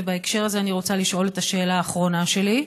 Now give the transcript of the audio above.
ובהקשר הזה אני רוצה לשאול את השאלה האחרונה שלי.